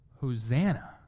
Hosanna